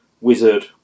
wizard